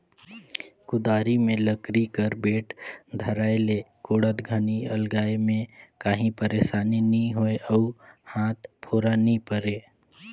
कुदारी मे लकरी कर बेठ धराए ले कोड़त घनी अलगाए मे काही पइरसानी नी होए अउ हाथे फोरा नी परे